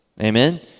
amen